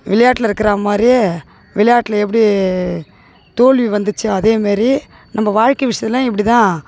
விளையாட்டில் இருக்கிறா மாதிரியே விளையாட்டில் எப்படி தோல்வி வந்துச்சோ அதேமாரி நம்ம வாழ்க்கை விஷயத்துலையும் இப்படி தான்